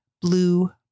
Blue